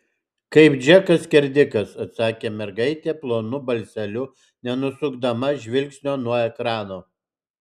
kaip džekas skerdikas atsakė mergaitė plonu balseliu nenusukdama žvilgsnio nuo ekrano